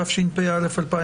התשפ"א-2021,